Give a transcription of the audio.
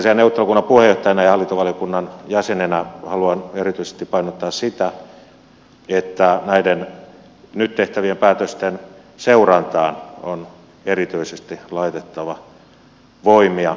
poliisiasiain neuvottelukunnan puheenjohtajana ja hallintovaliokunnan jäsenenä haluan erityisesti painottaa sitä että näiden nyt tehtävien päätösten seurantaan on erityisesti laitettava voimia